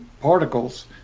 particles